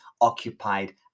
occupied